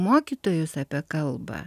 mokytojus apie kalbą